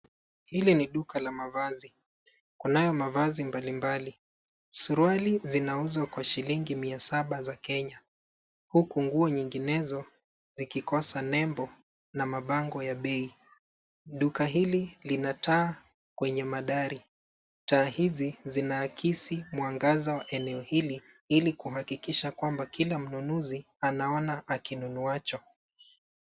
Hili ni duka la mavazi. Panayo mavazi mbalimbali. Suruali zinauzwa kwa shilingi mia saba za Kenya, huku nguo nyinginezo zikikosa nembo na mabango ya bei. Duka hili lina taa kwenye madari. Taa hizi zinakisi mwangaza wa eneo hili ili kuhakikisha kwamba kila mnunuzi anaona akinunuacho.